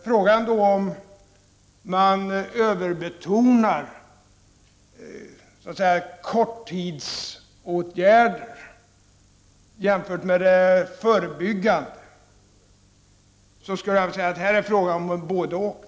Beträffande frågan om huruvida korttidsåtgärder överbetonas jämfört med de förebyggande åtgärderna skulle jag vilja säga att båda typerna av åtgärder behövs.